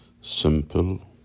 simple